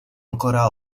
ancora